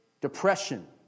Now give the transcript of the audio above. Depression